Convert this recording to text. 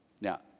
Now